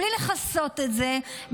בלי לכסות את זה,